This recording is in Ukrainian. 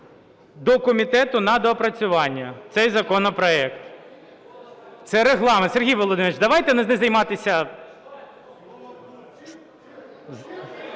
до комітету на доопрацювання цей законопроект. Це Регламент, Сергій Володимирович, давайте не займатися...